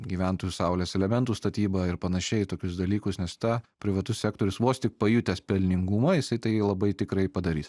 gyventojų saulės elementų statybą ir panašiai į tokius dalykus nes ta privatus sektorius vos tik pajutęs pelningumą jisai tai labai tikrai padarys